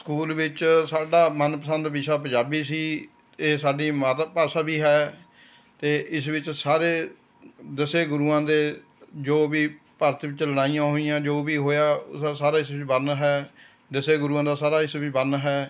school ਵਿੱਚ ਸਾਡਾ ਮਨਪਸੰਦ ਵਿਸ਼ਾ ਪੰਜਾਬੀ ਸੀ ਇਹ ਸਾਡੀ ਮਾਤ ਭਾਸ਼ਾ ਵੀ ਹੈ ਅਤੇ ਇਸ ਵਿੱਚ ਸਾਰੇ ਦਸੇ ਗੁਰੂਆਂ ਦੇ ਜੋ ਵੀ ਭਾਰਤ ਵਿੱਚ ਲੜਾਈਆਂ ਹੋਈਆਂ ਜੋ ਵੀ ਹੋਇਆ ਉਸਦਾ ਸਾਰਾ ਇਸ ਵਿੱਚ ਵਰਨਣ ਹੈ ਦਸੇ ਗੁਰੂਆਂ ਦਾ ਸਾਰਾ ਇਸ ਵਿੱਚ ਵਰਨਣ ਹੈ